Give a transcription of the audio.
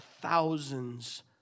thousands